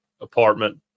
apartment